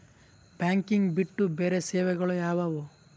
Banking ಬಿಟ್ಟು ಬೇರೆ ಸೇವೆಗಳು ಯಾವುವು?